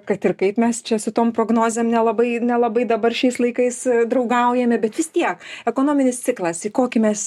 kad ir kaip mes čia su tom prognozėm nelabai nelabai dabar šiais laikais draugaujame bet vis tiek ekonominis ciklas į kokį mes